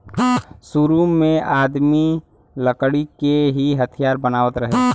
सुरु में आदमी लकड़ी के ही हथियार बनावत रहे